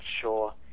sure